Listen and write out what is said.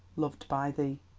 loved by thee.